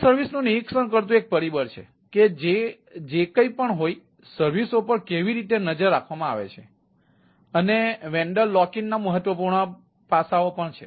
તેથી તે સર્વિસનું નિરીક્ષણ કરતું એક પરિબળ છે કે જે કંઈ પણ હોય સર્વિસઓ પર કેવી રીતે નજર ના મહત્વપૂર્ણ પાસાં છે